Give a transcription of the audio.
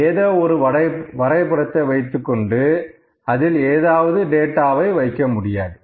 ஏதோ ஒரு வரைபடத்தை எடுத்துக் கொண்டு அதில் ஏதாவது டேட்டாவை வைக்க முடியாது